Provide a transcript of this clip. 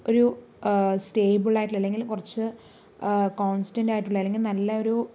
ഒരു സ്റ്റേയിബിളായിട്ടുള്ള അല്ലെങ്കിൽ കുറച്ച് കോൺസ്റ്റന്റായിട്ടുള്ള അല്ലെങ്കിൽ നല്ല ഒരു